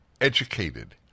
educated